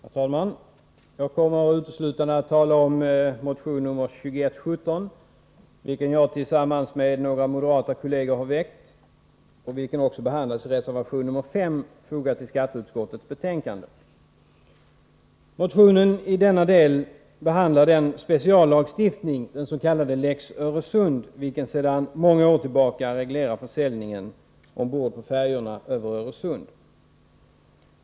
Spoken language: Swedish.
Herr talman! Jag kommer uteslutande att tala om motion nr 2117, vilken jag tillsammans med några moderata kollegor har väckt och vilken också behandlas i reservation nr 5, fogad till skatteutskottets betänkande. Motio nen i denna del behandlar den speciallagstiftning, den s.k. ”lex Öresund”, vilken sedan många år tillbaka reglerar försäljningen ombord på färjorna över Öresund.